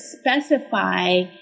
specify